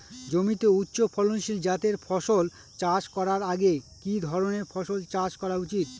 জমিতে উচ্চফলনশীল জাতের ফসল চাষ করার আগে কি ধরণের ফসল চাষ করা উচিৎ?